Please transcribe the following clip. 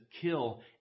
kill